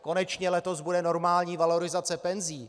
Konečně letos bude normální valorizace penzí.